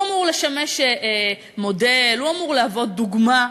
הוא אמור לשמש מודל, הוא אמור להוות דוגמה.